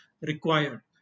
required